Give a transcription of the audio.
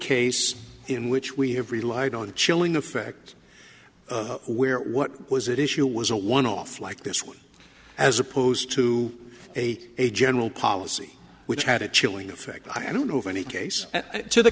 case in which we have relied on a chilling effect where what was it issue was a one off like this one as opposed to a a general policy which had a chilling effect i don't know of any case to the